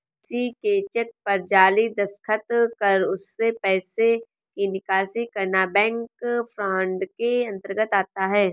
किसी के चेक पर जाली दस्तखत कर उससे पैसे की निकासी करना बैंक फ्रॉड के अंतर्गत आता है